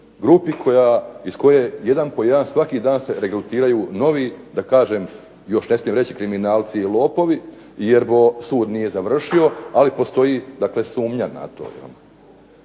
grupi iz koje se svaki dan jedan po jedan regrutiraju novi da kažem još ne smijem reći kriminalci i lopovi, jerbo sud nije završio ali postoji sumnja na to.